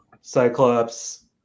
Cyclops